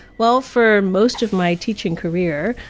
well, for most of my teaching career,